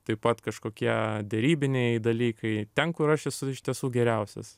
taip pat kažkokie derybiniai dalykai ten kur aš esu iš tiesų geriausias